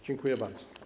Dziękuję bardzo.